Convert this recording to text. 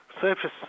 surface